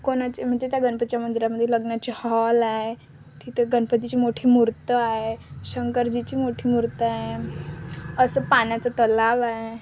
कोणाचे म्हणजे त्या गणपतीच्या मंदिरामध्ये लग्नाचे हॉल आहे तिथं गणपतीची मोठी मूर्ती आहे शंकरजीची मोठी मूर्ती आहे असं पाण्याचा तलाव आहे